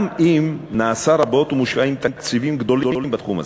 גם אם נעשה רבות ומושקעים תקציבים גדולים בתחום הזה".